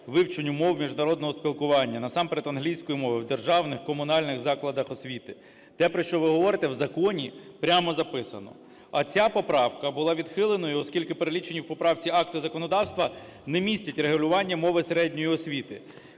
вивченню мов міжнародного спілкування, насамперед англійської мови, в державних комунальних закладах освіти. Те, про що ви говорите, в законі прямо записано. А ця поправка була відхиленою, оскільки перелічені в поправці акти законодавства не містять регулювання мови середньої освіти.